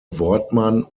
wortmann